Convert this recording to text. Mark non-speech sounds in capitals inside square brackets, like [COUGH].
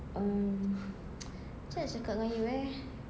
um [NOISE] macam mana nak cakap dengan you eh